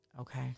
Okay